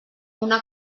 una